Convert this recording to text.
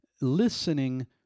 listening